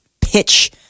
pitch